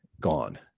gone